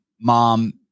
mom